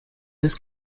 his